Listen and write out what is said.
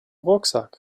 rucksack